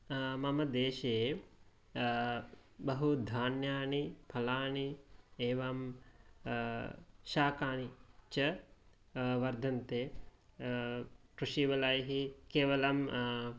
मम देशे बहु धान्यानि फलानि एवं शाकानि च वर्धन्ते कृषीवलैः केवलं